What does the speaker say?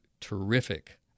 terrific